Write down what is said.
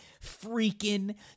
freaking